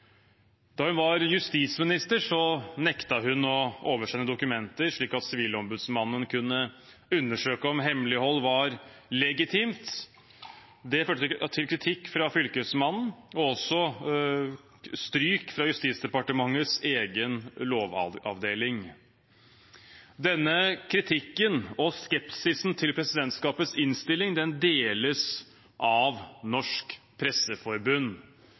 Da hun var justisminister, nektet hun å oversende dokumenter slik at Sivilombudsmannen kunne undersøke om hemmelighold var legitimt. Det førte til kritikk fra Fylkesmannen og stryk fra Justisdepartementets egen lovavdeling. Denne kritikken og skepsisen til presidentskapets innstilling deles av Norsk Presseforbund.